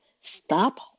Stop